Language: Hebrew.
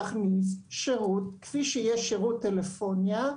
להכניס שירות כפי שיש שירות טלפוניה,